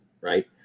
Right